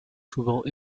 souvent